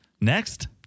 Next